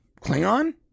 Klingon